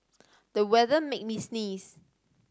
the weather made me sneeze